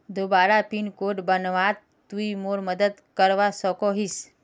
दोबारा pin code बनवात तुई मोर मदद करवा सकोहिस?